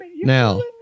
Now